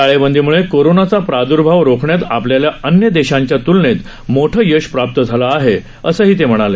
टाळेबंदीमुळे कोरोनाचा प्राद्र्भाव रोखण्यात आपल्याला अन्य देशांच्या त्लनेत मोठं यश प्राप्त झालं आहे असंही ते म्हणाले